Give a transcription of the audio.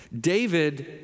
David